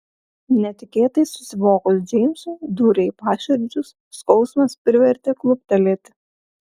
netikėtai susivokus džeimsui dūrė į paširdžius skausmas privertė kluptelėti